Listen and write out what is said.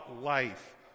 life